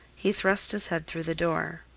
he thrust his head through the door.